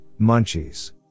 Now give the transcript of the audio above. munchies